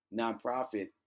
nonprofit